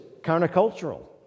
countercultural